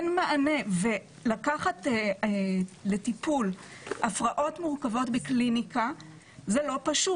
לקחת לטיפול הפרעות מורכבות בקליניקה זה לא פשוט.